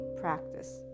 practice